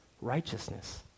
righteousness